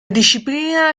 disciplina